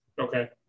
okay